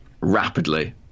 rapidly